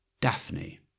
Daphne